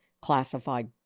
classified